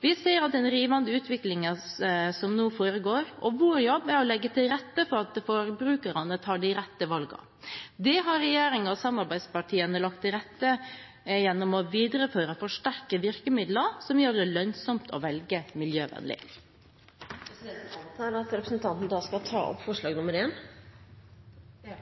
Vi ser den rivende utviklingen som nå foregår, og vår jobb er å legge til rette for at forbrukerne tar de rette valgene. Det har regjeringen og samarbeidspartiene lagt til rette for gjennom å videreføre og forsterke virkemidler som gjør det lønnsomt å velge miljøvennlig. Presidenten antar at representanten skal ta opp forslag nr. 1? Ja.